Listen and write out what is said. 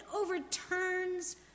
overturns